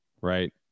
right